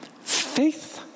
faith